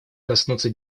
коснуться